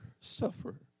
suffer